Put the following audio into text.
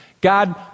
God